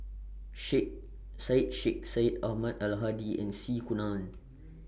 Sheikh Syed Sheikh Syed Ahmad Al Hadi and C Kunalan